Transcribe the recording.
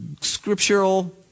Scriptural